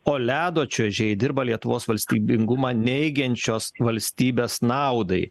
o ledo čiuožėjai dirba lietuvos valstybingumą neigiančios valstybės naudai